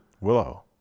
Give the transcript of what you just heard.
willow